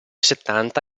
settanta